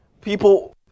People